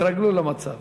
תתרגלו למצב.